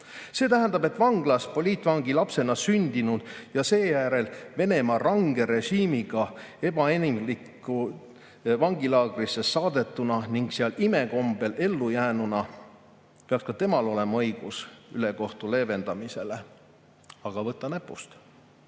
See tähendab, et vanglas poliitvangi lapsena sündinud ja seejärel Venemaa range režiimiga ebainimlikku vangilaagrisse saadetuna ning seal imekombel ellujäänuna peaks ka temal olema õigus ülekohtu leevendamisele. Aga võta